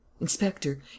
Inspector